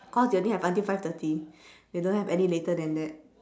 cause they only have until five thirty they don't have any later than that